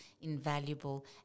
invaluable